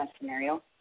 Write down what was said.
scenario